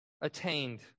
attained